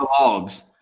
Logs